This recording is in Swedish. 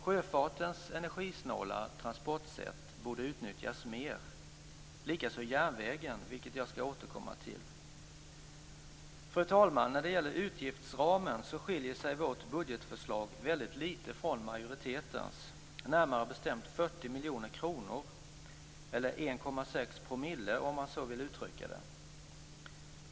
Sjöfartens energisnåla transportsätt borde utnyttjas mer, likaså järnvägen, vilket jag skall återkomma till. Fru talman! När det gäller utgiftsramen skiljer sig vårt budgetförslag väldigt lite från majoritetens - närmare bestämt 40 miljoner kronor eller 1,6 %, om man så vill uttrycka det.